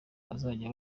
bazajya